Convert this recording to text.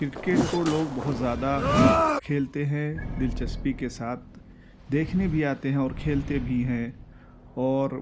cricket کو لوگ بہت زیادہ کھیلتے ہیں دل چسپی کے ساتھ دیکھنے بھی آتے ہیں اور کھیلتے بھی ہیں اور